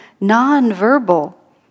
non-verbal